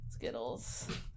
skittles